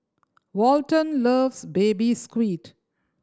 Walton loves Baby Squid